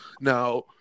Now